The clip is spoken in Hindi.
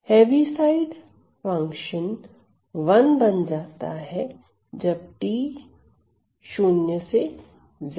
हैवी साइड फंक्शन 1 बन जाता है जब t 0